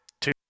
two